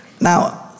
Now